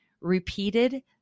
repeated